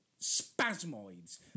spasmoids